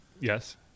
Yes